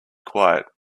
quiet